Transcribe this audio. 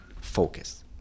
focus